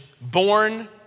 Born